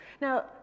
Now